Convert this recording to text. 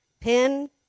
pen